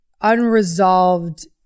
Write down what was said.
unresolved